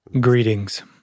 Greetings